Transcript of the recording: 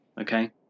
okay